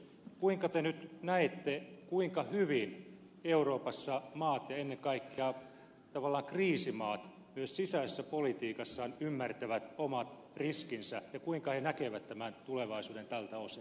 kuinka te nyt näette kuinka hyvin euroopassa maat ja ennen kaikkea tavallaan kriisimaat myös sisäisessä politiikassaan ymmärtävät omat riskinsä ja kuinka ne näkevät tämän tulevaisuuden tältä osin